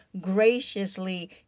graciously